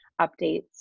updates